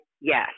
yes